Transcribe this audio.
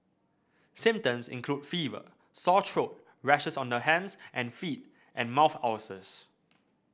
symptoms include fever sore throat rashes on the hands and feet and mouth ulcers